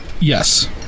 Yes